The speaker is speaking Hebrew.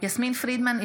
יסמין פרידמן,